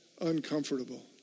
uncomfortable